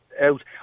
out